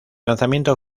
lanzamiento